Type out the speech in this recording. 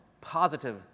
positive